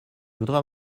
voudrais